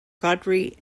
godfrey